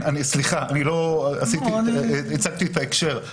סליחה, לא הצגתי את ההקשר.